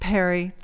perry